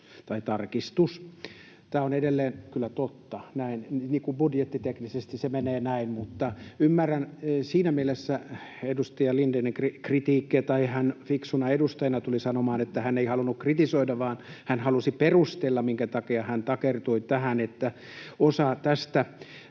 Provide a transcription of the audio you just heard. indeksitarkistus. Tämä on edelleen kyllä totta. Budjettiteknisesti se menee näin, mutta ymmärrän siinä mielessä edustaja Lindénin kritiikkiä — tai hän fiksuna edustajana tuli sanomaan, että hän ei halunnut kritisoida vaan hän halusi perustella, minkä takia hän takertui tähän — että osaa tästä